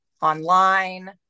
online